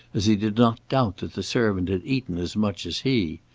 as he did not doubt that the servant had eaten as much as he.